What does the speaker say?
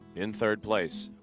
in third place.